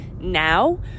now